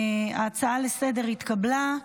ההצעה לסדר-היום התקבלה,